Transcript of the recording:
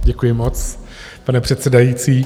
Děkuji moc, pane předsedající.